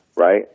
Right